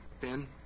Ben